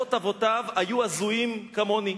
שאבות אבותיו היו הזויים כמוני,